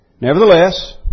Nevertheless